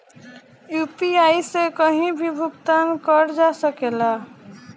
UPI से कहीं भी भुगतान कर जा सकेला?